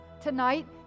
tonight